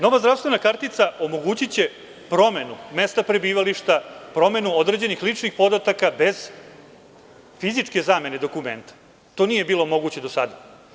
Nova zdravstvena kartica omogući će promenu mesta prebivališta, promenu ličnih podataka bez fizičke zamene dokumenta, to nije bilo moguće do sada.